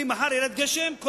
על